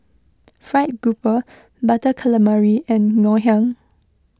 Fried Grouper Butter Calamari and Ngoh Hiang